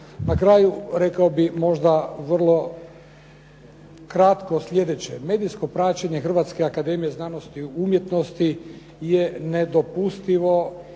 Na kraju rekao bih možda vrlo kratko sljedeće. Medijsko praćenje Hrvatske akademije znanosti i umjetnosti je nedopustivo